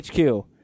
hq